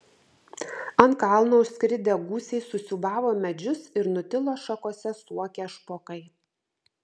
ant kalno užskridę gūsiai susiūbavo medžius ir nutilo šakose suokę špokai